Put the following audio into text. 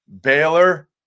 Baylor